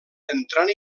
entrant